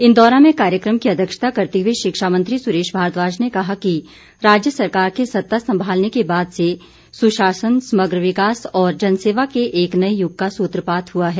इंदौरा में कार्यक्रम की अध्यक्षता करते हुए शिक्षा मंत्री सुरेश भारद्वाज ने कहा कि राज्य सरकार के सत्ता संभालने के बाद से सुशासन समग्र विकास और जनसेवा के एक नए यूग का सूत्रपात हुआ है